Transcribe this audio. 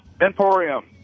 Emporium